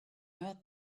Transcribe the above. heard